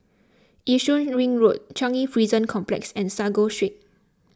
Yishun Ring Road Changi Prison Complex and Sago Street